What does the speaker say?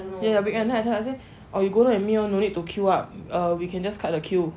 ya weekend that time then I say or you go down with me no need to queue up err we can just cut the queue